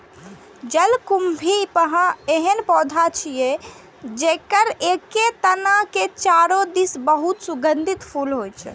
जलकुंभी एहन पौधा छियै, जेकर एके तना के चारू दिस बहुत सुगंधित फूल होइ छै